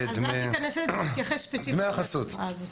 תנסה להתייחס ספציפית לתופעה הזאת.